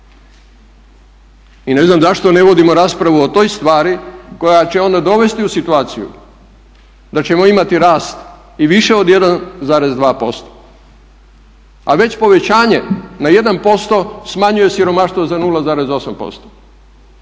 i ne znam zašto ne vodimo raspravu o toj stvari koja će onda dovesti u situaciju da ćemo imati rast i više od 1,2%, a već povećanje na 1% smanjuje siromaštvo na 0,8%,